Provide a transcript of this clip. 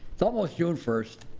it's almost june first,